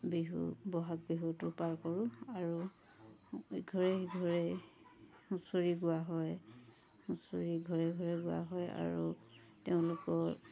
বিহু ব'হাগ বিহুটো পাৰ কৰোঁ আৰু ইঘৰে সিঘৰে হুঁচৰি গোৱা হয় হুঁচৰি ঘৰে ঘৰে গোৱা হয় আৰু তেওঁলোকৰ